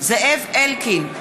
זאב אלקין,